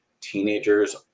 teenagers